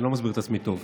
אני לא מסביר את עצמי טוב.